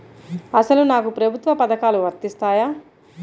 అసలు నాకు ప్రభుత్వ పథకాలు వర్తిస్తాయా?